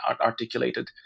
articulated